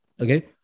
Okay